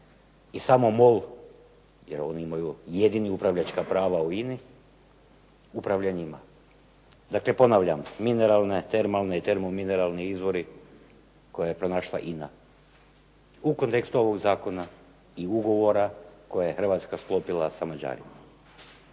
i samo MOL jer oni imaju jedini upravljačka prava u INA—i upravlja njima. Dakle ponavljam, mineralne, termalne i termo-mineralni izvori koje je pronašla INA u kontekstu ovog zakona i ugovora koje je Hrvatska sklopila sa Mađarima.